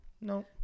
No